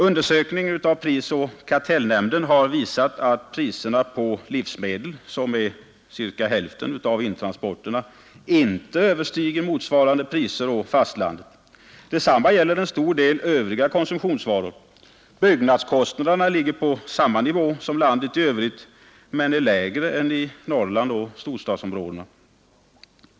Prisoch kartellnämndens undersökning har visat att priserna på livsmedel — livsmedel utgör ca hälften av det intransporterade godset — inte överstiger motsvarande priser på fastlandet. Detsamma gäller en stor del övriga konsumtionsvaror. Byggnadskostnaderna ligger på samma nivå som i landet i övrigt men är lägre än i Norrland och i storstadsområdena.